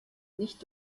nicht